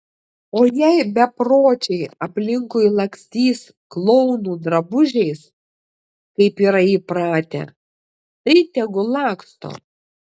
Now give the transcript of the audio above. o jei bepročiai aplinkui lakstys klounų drabužiais kaip yra įpratę tai tegul laksto